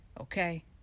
Okay